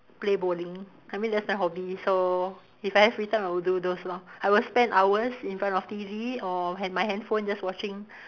play bowling I mean that's my hobby so if I have free time I would do those lor I will spend hours in front of T_V or hand my handphone just watching